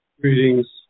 Greetings